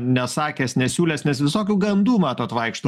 nesakęs nesiūlęs nes visokių gandų matot vaikšto